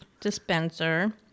dispenser